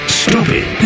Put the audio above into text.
stupid